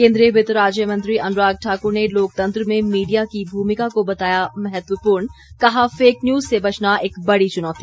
केन्द्रीय वित्त राज्य मंत्री अनुराग ठाकुर ने लोकतंत्र में मीडिया की भूमिका को बताया महत्वपूर्ण कहा फेक न्यूज़ से बचना एक बड़ी चुनौती